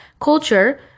culture